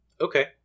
Okay